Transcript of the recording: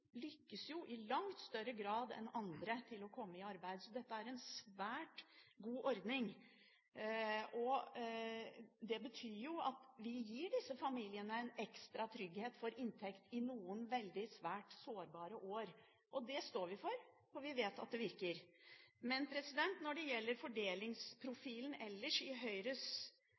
lykkes i langt større grad enn andre med å komme i arbeid. Så dette er en svært god ordning. Det betyr at vi gir disse familiene en ekstra trygghet for inntekt i noen svært sårbare år. Det står vi for, for vi vet at det virker. Når det gjelder fordelingsprofilen ellers i Høyres